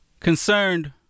Concerned